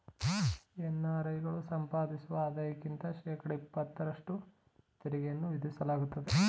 NRI ಗಳು ಸಂಪಾದಿಸುವ ಆದಾಯಕ್ಕೆ ಶೇಕಡ ಇಪತ್ತಷ್ಟು ತೆರಿಗೆಯನ್ನು ವಿಧಿಸಲಾಗುತ್ತದೆ